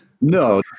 No